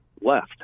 left